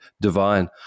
divine